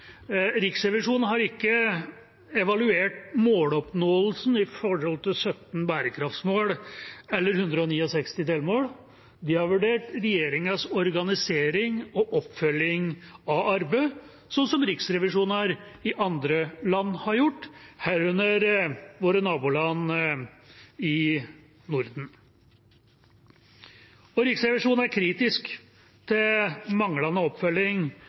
Riksrevisjonen har ikke evaluert måloppnåelsen i forbindelse med 17 bærekraftsmål eller 169 delmål. De har vurdert regjeringas organisering og oppfølging av arbeidet, slik som riksrevisjoner i andre land har gjort, herunder våre naboland i Norden. Riksrevisjonen er kritisk til manglende oppfølging